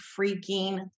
freaking